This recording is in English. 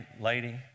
lady